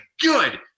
Good